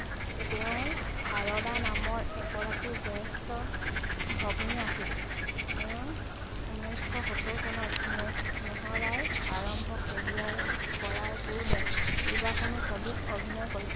তেওঁৰ শাৰদা নামৰ এগৰাকী জ্যেষ্ঠ ভগ্নী আছিল তেওঁ ঊনৈশ সত্তৰ চনত মেহৰাৰ আৰম্ভ কেৰিয়াৰ কৰাৰ পূৰ্বে কেইবাখনো ছবিত অভিনয় কৰিছিল